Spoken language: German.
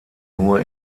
nur